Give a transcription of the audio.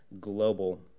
global